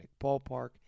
ballpark